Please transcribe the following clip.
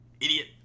Idiot